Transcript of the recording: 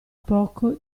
poco